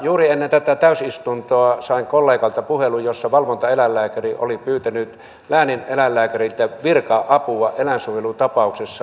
juuri ennen tätä täysistuntoa sain kollegalta puhelun jossa valvontaeläinlääkäri oli pyytänyt läänineläinlääkäriltä virka apua eläinsuojelutapauksessa